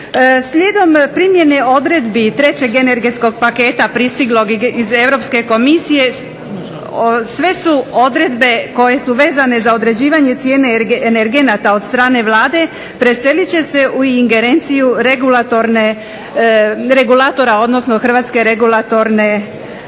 Slijedom primjene odredbi trećeg energetskog paketa pristiglog iz Europske Komisije sve su odredbe koje su vezane za određivanje cijene energenata od strane Vlade preselit će se u ingerenciju regulatorne, regulatora, odnosno Hrvatske regulatorne